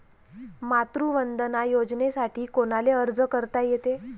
मातृवंदना योजनेसाठी कोनाले अर्ज करता येते?